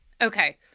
okay